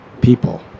people